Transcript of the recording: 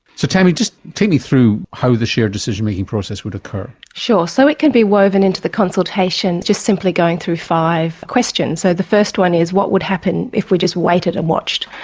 so tammy, just take me through how the shared decision making process would occur. sure. so it can be woven into the consultation, just simply going through five questions. so the first one is what would happen if we just waited and watched,